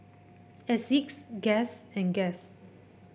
Asics Guess and Guess